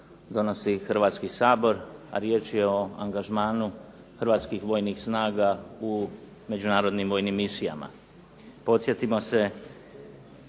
Hrvatska kao